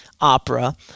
opera